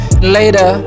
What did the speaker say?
Later